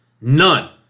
None